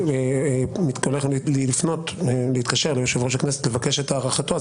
אני מתכוון להתקשר ליושב-ראש הכנסת לבקש את הארכתו,